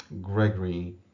Gregory